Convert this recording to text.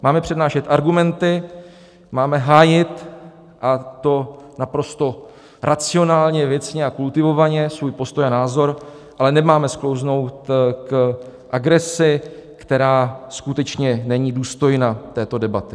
Máme přednášet argumenty, máme hájit, a to naprosto racionálně, věcně a kultivovaně, svůj postoj a názor, ale nemáme sklouznout k agresi, která skutečně není důstojná této debaty.